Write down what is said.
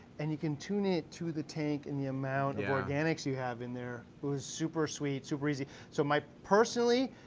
and you can tune it to the tank and the amount of organics you have in there. was super sweet, super easy. so my personally,